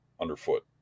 underfoot